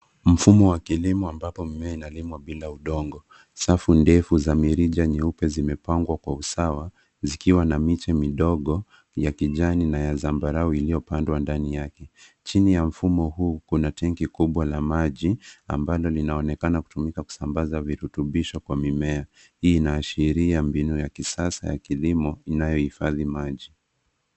Mfumo wa kilimo ambapo mimea inalimwa bila udongo. Safu ndefu za mirija nyeupe zimepangwa kwa usawa zikiwa na miche midogo ya kijani na ya zambarau iliyopandwa ndani yake. Chini ya mfumo huu kuna tenki kimbwa la maji ambalo linaonekana kutumika kusambaza virutubisho kwa mimea. Hii inaashiria mbinu ya kisasa ya kilimo inayohifadhi maji.